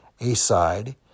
aside